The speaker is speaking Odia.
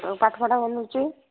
ପାାଠପଢ଼ା ବନୁଛି